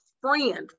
friend